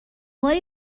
باری